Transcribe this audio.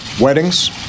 weddings